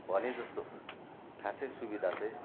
भने जस्तो खासै सुविधा चाहिँ